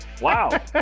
Wow